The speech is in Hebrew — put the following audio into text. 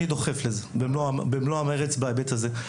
אני דוחף את זה במלוא המרץ בהיבט הזה.